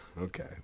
Okay